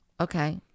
Okay